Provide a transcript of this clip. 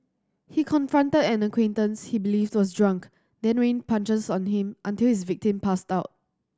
he confronted an acquaintance he believed was drunk then rained punches on him until his victim passed out